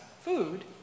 food